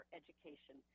education